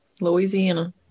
Louisiana